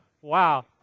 wow